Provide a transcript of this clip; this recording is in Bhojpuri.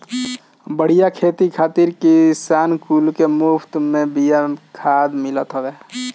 बढ़िया खेती खातिर किसान कुल के मुफत में बिया खाद मिलत हवे